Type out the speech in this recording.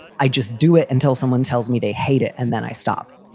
i just do it until someone tells me they hate it and then i stop?